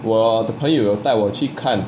我的朋友带我去看